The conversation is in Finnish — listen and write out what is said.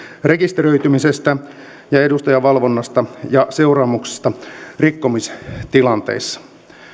rekisteröitymisestä ja edustajan valvonnasta ja seuraamuksista rikkomustilanteissa